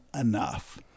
enough